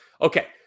Okay